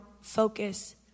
focus